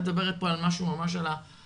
את מדברת פה על משהו שהוא ממש ה"הארדקור"